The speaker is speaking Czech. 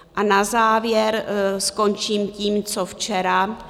A na závěr skončím tím, co včera.